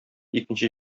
икенче